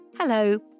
Hello